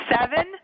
Seven